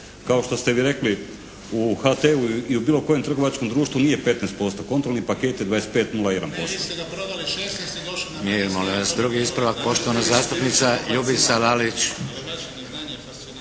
kao što ste vi rekli u HT-u i u bilo kojem trgovačkom društvu nije 15%. Kontrolni paket je 25